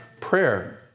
prayer